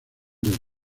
del